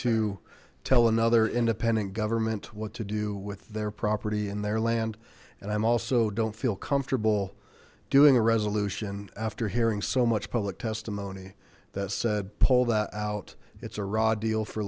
to tell another independent government what to do with their property in their land and i'm also don't feel comfortable doing a resolution after hearing so much public testimony that said pull that out it's a raw deal for